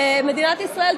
מדינת ישראל,